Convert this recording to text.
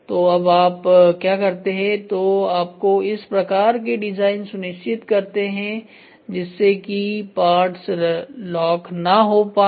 तो अब आप क्या करते हैं तो आप इस प्रकार की डिजाइन सुनिश्चित करते हैं जिससे की पार्ट्स लॉक ना हो पाए